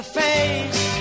face